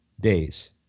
days